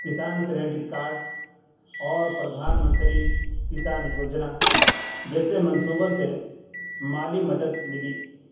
کسان credit card اور پردھان منتری کسان یوجنا جیسے منصوبوں سے مالی مدد ملی